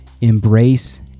embrace